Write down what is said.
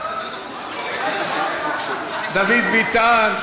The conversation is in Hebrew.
דוד ביטן,